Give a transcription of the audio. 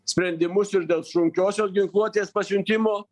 sprendimus ir dėl sunkiosios ginkluotės pasiuntimo